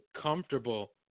comfortable